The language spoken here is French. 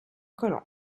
colon